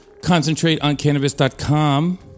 Concentrateoncannabis.com